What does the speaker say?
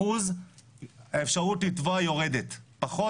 האפשרות לטבוע יורדת ב-80%.